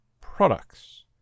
products